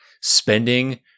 spending